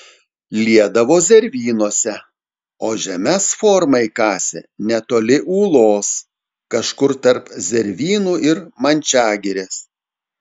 liedavo zervynose o žemes formai kasė netoli ūlos kažkur tarp zervynų ir mančiagirės